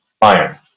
iron